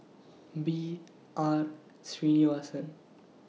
B R Sreenivasan